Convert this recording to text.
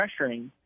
pressuring